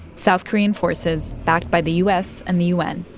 south korean forces, backed by the u s. and the u n,